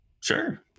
sure